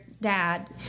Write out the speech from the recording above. dad